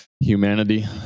Humanity